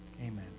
Amen